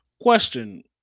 question